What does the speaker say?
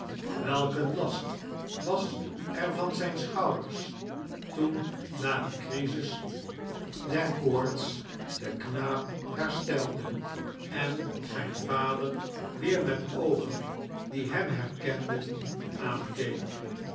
een last was er van zijn schouders toen na een crisis der koorts de knaap herstelde en zijn vader weer met oogen die hem herkenden